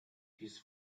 his